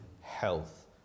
health